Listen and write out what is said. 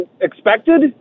expected